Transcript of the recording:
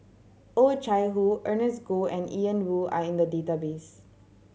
Oh Chai Hoo Ernest Goh and Ian Woo are in the database